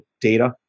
data